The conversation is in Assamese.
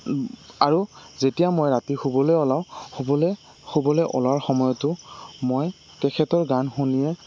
আৰু যেতিয়া মই ৰাতি শুবলে ওলাওঁ শুবলে শুবলে ওলোৱাৰ সময়তো মই তেখেতৰ গান শুনিয়ে